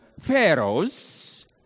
pharaoh's